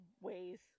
ways